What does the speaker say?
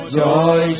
joy